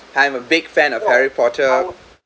I'm a big fan of harry potter